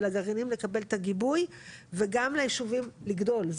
ולגרעינים לקבל את הגיבוי וגם לישובים לגדול.